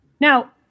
Now